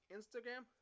Instagram